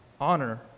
honor